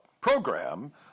program